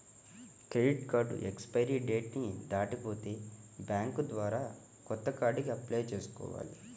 credit card expiry date ని దాటిపోతే bank ద్వారా కొత్త కార్డుకి అప్లై చేసుకోవాలి